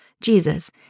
Jesus